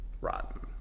rotten